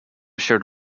shared